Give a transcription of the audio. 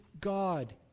God